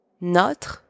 Notre